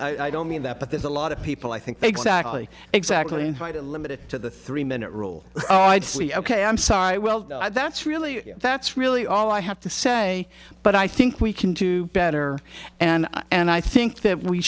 i don't mean that but there's a lot of people i think they exactly exactly invited limited to the three minute rule ok i'm sorry well that's really that's really all i have to say but i think we can do better and i and i think that we